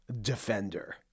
Defender